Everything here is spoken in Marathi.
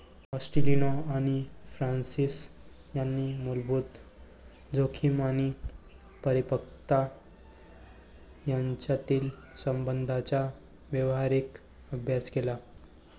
ॲस्टेलिनो आणि फ्रान्सिस यांनी मूलभूत जोखीम आणि परिपक्वता यांच्यातील संबंधांचा व्यावहारिक अभ्यास केला